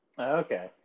Okay